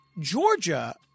Georgia